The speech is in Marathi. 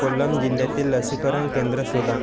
कोल्लम जिल्ह्यातील लसीकरण केंद्र शोधा